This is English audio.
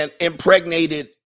impregnated